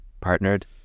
partnered